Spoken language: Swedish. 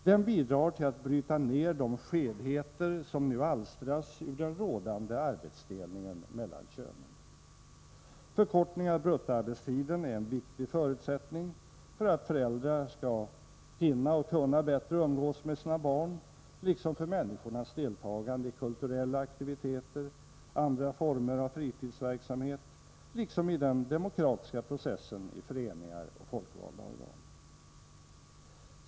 Den bidrar till att bryta ned de skevheter som nu alstras ur den rådande arbetsdelningen mellan könen. Förkortning av bruttoarbetstiden är en viktig förutsättning för att föräldrar skall hinna och kunna bättre umgås med sina barn liksom för människornas deltagande i kulturella aktiviteter, andra former av fritidsverksamhet samt i den demokratiska processen i föreningar och folkvalda organ.